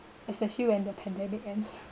especially when the pandemic ends